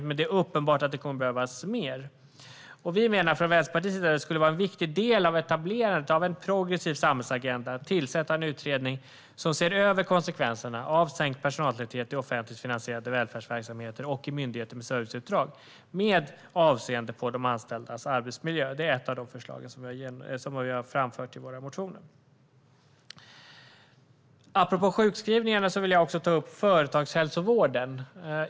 Men det är uppenbart att det kommer att behövas mer. Vi menar från Vänsterpartiets sida att det skulle vara en viktig del av etablerandet av en progressiv samhällsagenda att tillsätta en utredning som ser över konsekvenserna av sänkt personaltäthet - med avseende på de anställdas arbetsmiljö - i offentligt finansierade välfärdsverksamheter och i myndigheter med serviceuppdrag. Det är ett av de förslag som vi har framfört i våra motioner. Apropå sjukskrivningarna vill jag ta upp företagshälsovården.